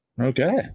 Okay